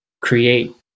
create